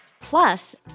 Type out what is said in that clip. Plus